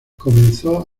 comenzó